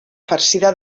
farcida